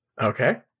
Okay